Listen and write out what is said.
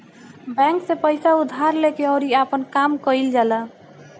bank से पइसा उधार लेके अउरी आपन काम कईल जाला